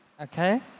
Okay